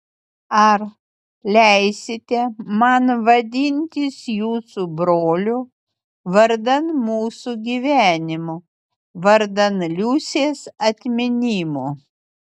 ar leisite man vadintis jūsų broliu vardan mūsų gyvenimo vardan liusės atminimo